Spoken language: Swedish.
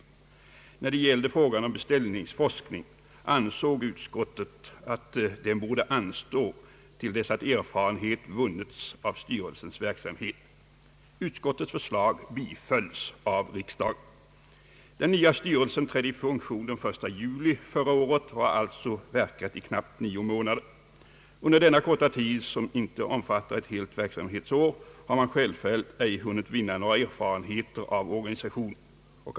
Utskottet ansåg att frågan om beställningsforskning borde anstå till dess erfarenhet vunnits av styrelsens Den nya styrelsen trädde i funktion den 1 juli förra året och har alltså verkat i knappt nio månader. Under denna korta tid — inte ens ett helt verksamhetsår — har man självfallet inte hunnit vinna några erfarenheter av organisationen.